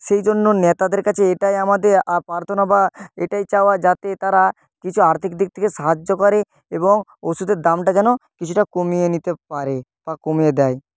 সেই জন্য নেতাদের কাছে এটাই আমাদের আ প্রার্থনা বা এটাই চাওয়া যাতে তারা কিছু আর্থিক দিক থেকে সাহায্য করে এবং ওষুধের দামটা যেন কিছুটা কমিয়ে নিতে পারে বা কমিয়ে দেয়